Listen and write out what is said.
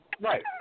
Right